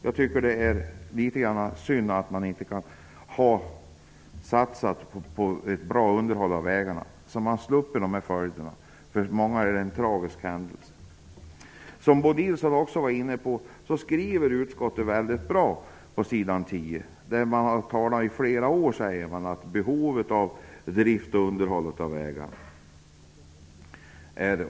Jag tycker att det är synd att man inte har satsat på ett bra underhåll av vägarna. Då skulle man ha sluppit dessa följder. För många blir det en tragisk händelse. Som Bo Nilsson också var inne på har utskottet en mycket bra skrivning på s. 10. Man säger att utskottet under flera år har betonat vikten av ökade insatser för drift och underhåll av vägar.